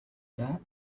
that